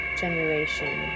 generation